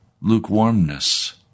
lukewarmness